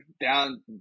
down